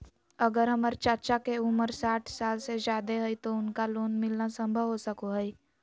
अगर हमर चाचा के उम्र साठ साल से जादे हइ तो उनका लोन मिलना संभव हो सको हइ?